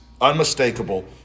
unmistakable